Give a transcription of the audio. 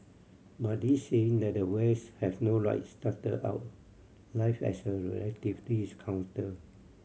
but this saying that the West has no right started out life as a counter